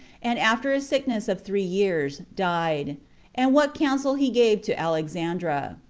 and after a sickness of three years died and what counsel he gave to alexandra.